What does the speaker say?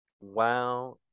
wow